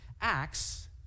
acts